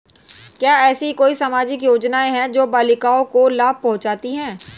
क्या ऐसी कोई सामाजिक योजनाएँ हैं जो बालिकाओं को लाभ पहुँचाती हैं?